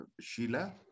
Sheila